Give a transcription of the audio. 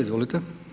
Izvolite.